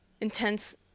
intense